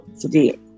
today